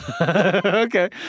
Okay